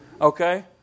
Okay